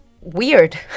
weird